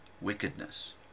wickedness